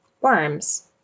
worms